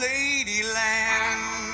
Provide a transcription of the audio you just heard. Ladyland